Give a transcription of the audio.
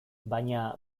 baina